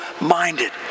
minded